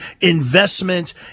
investment